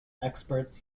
experts